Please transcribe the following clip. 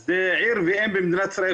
זה עיר ואם במדינת ישראל,